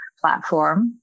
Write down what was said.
platform